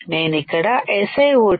నేను ఇక్కడSiO2